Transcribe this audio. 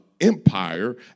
empire